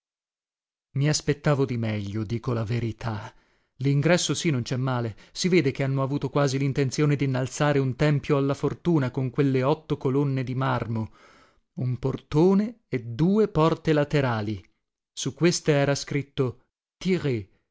i aspettavo di meglio dico la verità lingresso sì non cè male si vede che hanno avuto quasi lintenzione dinnalzare un tempio alla fortuna con quelle otto colonne di marmo un portone e due porte laterali su queste era scritto